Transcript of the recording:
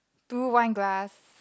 two wine glass